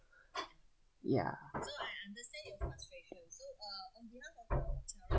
ya